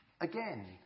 again